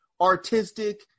artistic